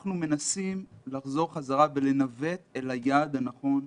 אנחנו מנסים לחזור חזרה ולנווט אל היעד הנכון.